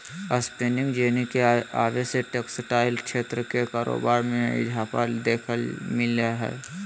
spinning jenny के आवे से टेक्सटाइल क्षेत्र के कारोबार मे इजाफा देखे ल मिल लय हें